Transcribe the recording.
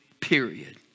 Period